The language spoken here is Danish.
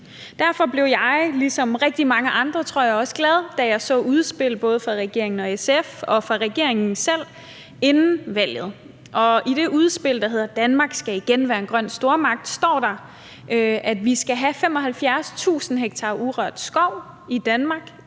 Derfor blev jeg – ligesom også rigtig mange andre, tror jeg – glad, da jeg så både udspillet fra Socialdemokratiet og SF og udspillet fra Socialdemokratiet selv inden valget. Og i det udspil, der hedder »Danmark skal igen være en grøn stormagt«, står der, at vi skal have 75.000 ha urørt skov i Danmark